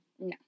No